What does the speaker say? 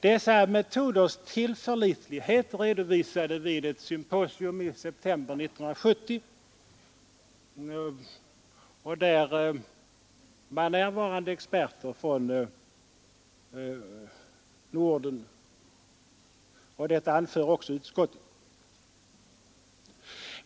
Dessa metoders tillförlitlighet redovisades vid ett symposium i september 1970, varvid experter från de nordiska länderna deltog. Detta anför också utskottet.